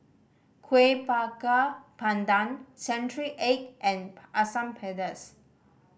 Kueh Bakar Pandan century egg and Asam Pedas